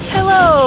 Hello